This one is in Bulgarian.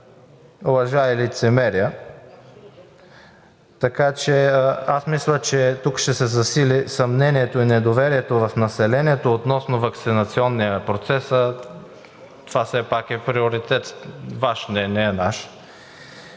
лъжа и лицемерие. Така че аз мисля, че тук ще се засили съмнението и недоверието в населението относно ваксинационния процес, а това все пак е Ваш приоритет, не е наш.